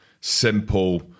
simple